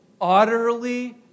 utterly